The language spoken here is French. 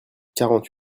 quarante